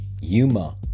Yuma